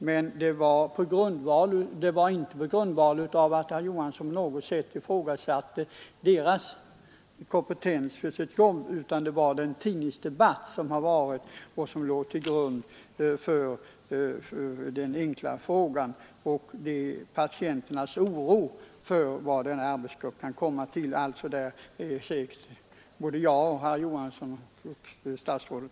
Men det var inte för att herr Johansson i Skärstad på något sätt ifrågasatte arbetsgruppens kompetens som han ställde sin fråga, utan anledningen var den tidningsdebatt som har förekommit och patienternas oro för vad arbetsgruppen kunde komma till för resultat.